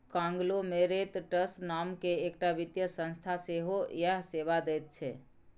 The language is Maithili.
कांग्लोमेरेतट्स नामकेँ एकटा वित्तीय संस्था सेहो इएह सेवा दैत छै